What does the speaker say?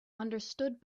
understood